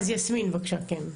אז יסמין, בבקשה, כן,